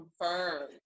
confirmed